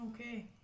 Okay